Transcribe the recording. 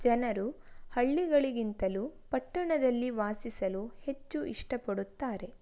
ಜನರು ಹಳ್ಳಿಗಳಿಗಿಂತಲೂ ಪಟ್ಟಣದಲ್ಲಿ ವಾಸಿಸಲು ಹೆಚ್ಚು ಇಷ್ಟಪಡುತ್ತಾರೆ